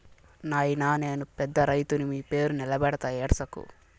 నాయినా నేను పెద్ద రైతుని మీ పేరు నిలబెడతా ఏడ్సకు